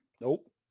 Nope